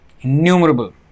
Innumerable